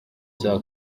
cya